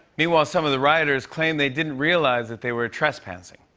meanwhile, some of the rioters claimed they didn't realize that they were trespassing.